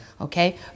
Okay